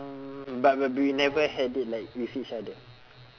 uh but but we never had it like with each other